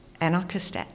anarchist